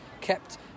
kept